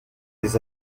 des